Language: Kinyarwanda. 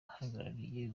uhagarariye